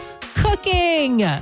cooking